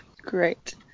great